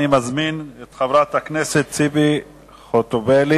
אני מזמין את חברת הכנסת ציפי חוטובלי.